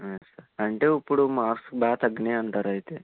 అంటే ఇప్పుడు మార్క్స్ బాగా తగ్గినాయి అంటారు అయితే